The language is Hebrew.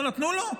לא נתנו לו?